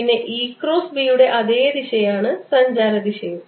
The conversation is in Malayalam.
പിന്നെ E ക്രോസ് B യുടെ അതേ ദിശയാണ് സഞ്ചാര ദിശയും